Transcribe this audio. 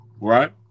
Right